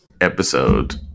episode